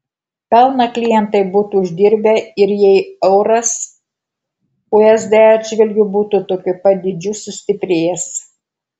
pelną klientai būtų uždirbę ir jei euras usd atžvilgiu būtų tokiu pat dydžiu sustiprėjęs